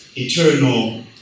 Eternal